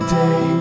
day